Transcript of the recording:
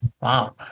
Wow